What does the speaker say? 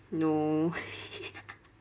no